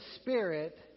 Spirit